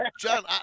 John